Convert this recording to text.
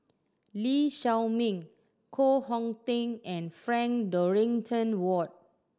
Lee Shao Meng Koh Hong Teng and Frank Dorrington Ward